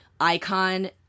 icon